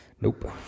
Nope